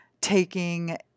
taking